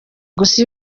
gusa